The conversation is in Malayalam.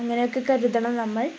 അങ്ങനെയൊക്കെ കരുതണം നമ്മൾ